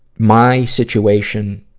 my situation,